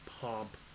pomp